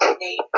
name